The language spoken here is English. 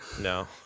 No